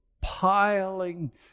piling